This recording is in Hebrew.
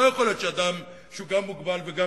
לא יכול להיות שאדם שהוא גם מוגבל וגם